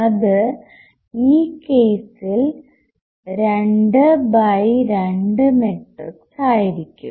അത് ഈ കേസിൽ 2 ബൈ 2 മെട്രിക്സ് ആയിരിക്കും